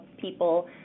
people